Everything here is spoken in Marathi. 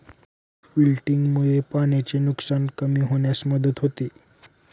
विल्टिंगमुळे पाण्याचे नुकसान कमी होण्यास मदत होते